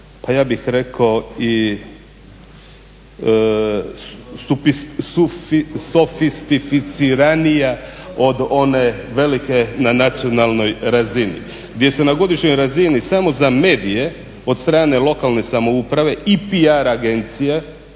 pa ja bih rekao i sofistificiranija od one velike na nacionalnoj razini gdje se na godišnjoj razini samo za medije od strane lokalne samouprave i PR agencije